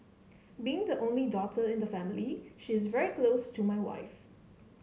being the only daughter in the family she is very close to my wife